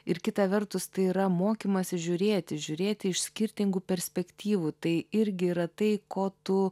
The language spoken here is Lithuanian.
ir kita vertus tai yra mokymasis žiūrėti žiūrėti iš skirtingų perspektyvų tai irgi yra tai ko tu